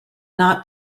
not